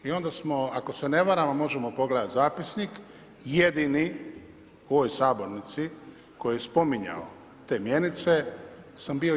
I onda smo ako se ne varam a možemo pogledati zapisnik jedini u ovoj sabornici koji je spominjao te mjenice sam bio ja.